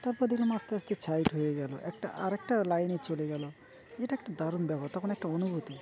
তারপর দেখলাম আস্তে আস্তে সাইড হয়ে গেল একটা আর একটা লাইনে চলে গেল এটা একটা দারুণ ব্যাপার তখন একটা অনুভূতি